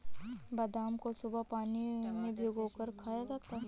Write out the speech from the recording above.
बादाम को सुबह पानी में भिगोकर खाया जाता है